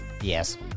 Yes